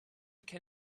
can